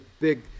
big